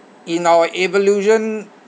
in our evolution